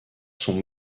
sont